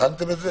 בחנתם את זה?